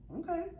Okay